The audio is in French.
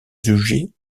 jugés